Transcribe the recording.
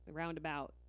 roundabout